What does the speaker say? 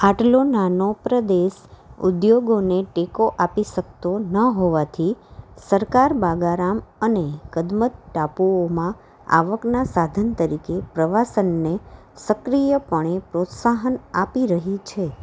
આટલો નાનો પ્રદેશ ઉદ્યોગોને ટેકો આપી શકતો ન હોવાથી સરકાર બાંગારામ અને કદમત ટાપુઓમાં આવકના સાધન તરીકે પ્રવાસનને સક્રિયપણે પ્રોત્સાહન આપી રહી છે